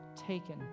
taken